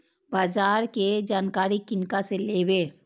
बाजार कै जानकारी किनका से लेवे?